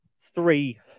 three